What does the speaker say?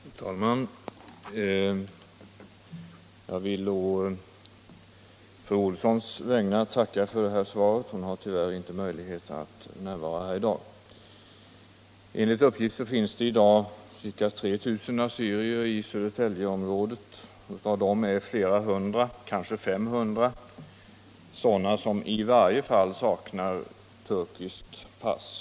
Fru talman! Jag vill på fru Olssons vägnar tacka för svaret; hon har tyvärr inte möjlighet att närvara här i dag. Enligt uppgift finns det f. n. ca 3 000 assyrier i Södertäljeområdet. Av dem saknar flera hundra, kanske 500, i varje fall turkiskt pass.